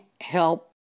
help